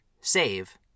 save